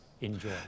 enjoy